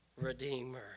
Redeemer